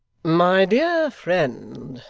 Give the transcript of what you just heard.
my dear friend,